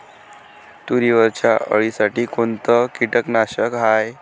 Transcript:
तुरीवरच्या अळीसाठी कोनतं कीटकनाशक हाये?